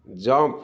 jump